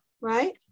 right